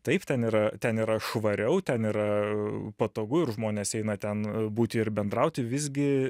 taip ten yra ten yra švariau ten yra patogu ir žmonės eina ten būti ir bendrauti visgi